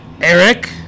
Eric